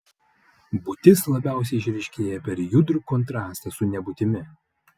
būtis labiausiai išryškėja per judrų kontrastą su nebūtimi